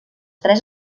tres